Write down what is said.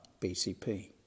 BCP